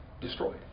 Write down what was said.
destroyed